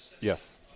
Yes